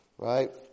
right